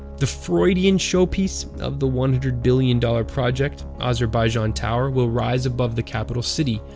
the freudian showpiece of the one hundred billion dollars project, azerbaijan tower will rise above the capital city,